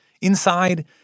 Inside